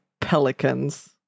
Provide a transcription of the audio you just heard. pelicans